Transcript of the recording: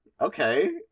okay